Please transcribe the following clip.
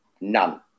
None